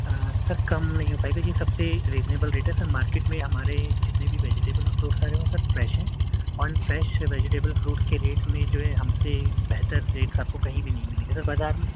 آ sir کم نہیں ہو پائے گا یہ سب سے ریزنیبل ریٹ ہے سر مارکیٹ میں ہمارے جتنے بھی ویجیٹیبل اور فروٹس آ رہے ہیں وہ سر فریش ہیں آن فریش ویجیٹبل فروٹس کے ریٹ میں جو ہے ہم سے بہتر ریٹس آپ کو کہیں بھی نہیں ملیں گے سر بازار میں